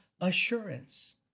assurance